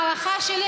הערכה שלי,